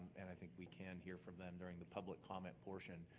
and i think we can hear from them during the public comment portion,